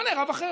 תמנה רב אחר.